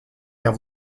have